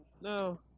No